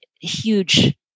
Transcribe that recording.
huge